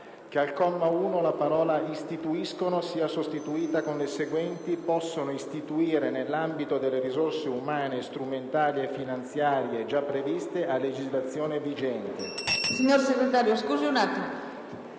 che al comma 1 la parola: "istituiscono" sia sostituita, con le seguenti: "possono istituire nell'ambito delle risorse umane, strumentali e finanziarie già previste a legislazione vigente";